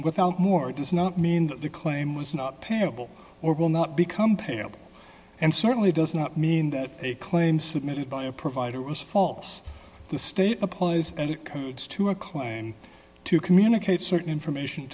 without more does not mean that the claim was not payable or will not become pale and certainly does not mean that a claim submitted by a provider was false the state applies and it commits to a claim to communicate certain information